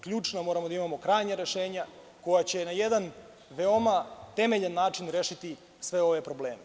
Ključno moramo da imamo krajnja rešenja koja će na jedan veoma temeljan način rešiti sve ove probleme.